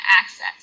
access